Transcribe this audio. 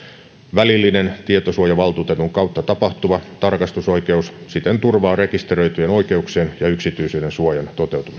välillinen tietosuojavaltuutetun kautta tapahtuva tarkastusoikeus siten turvaa rekisteröityjen oikeuksien ja yksityisyydensuojan